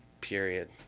period